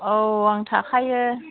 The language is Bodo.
औ आं थाखायो